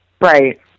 Right